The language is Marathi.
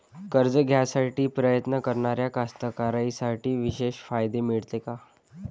कर्ज घ्यासाठी प्रयत्न करणाऱ्या कास्तकाराइसाठी विशेष फायदे मिळते का?